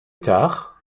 tard